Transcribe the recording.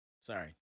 Sorry